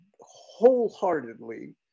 wholeheartedly